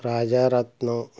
Rajaratnam